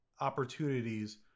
opportunities